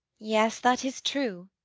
yes, that is true.